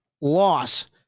loss